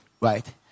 right